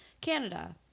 Canada